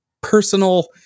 personal